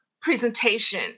presentation